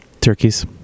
turkeys